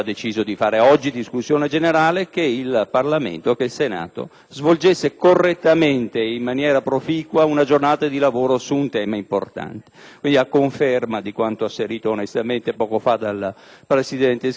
svolgessero correttamente e in maniera proficua una giornata di lavoro su un tema importante. Quindi, a conferma di quanto asserito onestamente poco fa dal presidente Schifani, la Lega Nord prende atto di questo atteggiamento inutilmente ostruzionistico